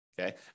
Okay